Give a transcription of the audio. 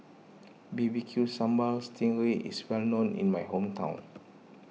B B Q Sambal Sting Ray is well known in my hometown